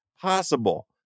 possible